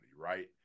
right